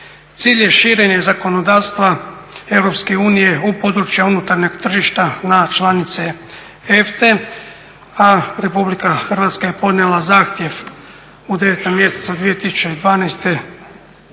Cilj je širenje zakonodavstva Europske unije u područja unutarnjeg tržišta na članice EFTA-e a Republika Hrvatska je podnijela zahtjev u 9. mjesecu 2012. za